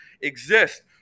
exist